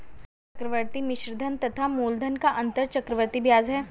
क्या चक्रवर्ती मिश्रधन तथा मूलधन का अंतर चक्रवृद्धि ब्याज है?